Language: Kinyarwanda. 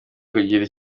kugira